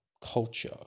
culture